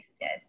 Yes